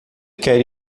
quer